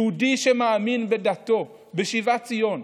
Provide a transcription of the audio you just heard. יהודי שמאמין בדתו, בשיבת ציון.